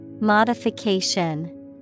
Modification